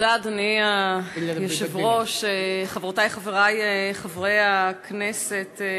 אדוני היושב-ראש, תודה, חברותי, חברי חברי הכנסת,